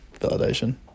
Validation